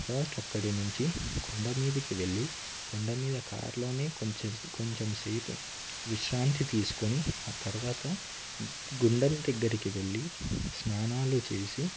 first అక్కడ నుంచి కొండ మీదకి వెళ్లి కొండ మీద కార్లోనే కొంచం కొంచెం సేపు విశ్రాంతి తీసుకుని ఆ తర్వాత గుండం దగ్గరికి వెళ్లి స్నానాలు చేసి